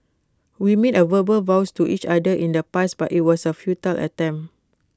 we made A verbal vows to each other in the past but IT was A futile attempt